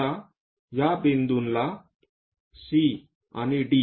आता या बिंदूला C आणि D